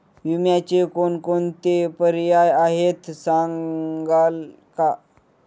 विम्याचे कोणकोणते पर्याय आहेत सांगाल का?